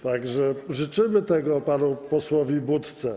Tak że życzymy tego panu posłowi Budce.